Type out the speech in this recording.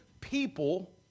people